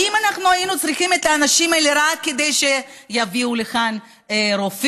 האם אנחנו היינו צריכים את האנשים האלה רק כדי שיביאו לכאן רופאים?